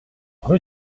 rue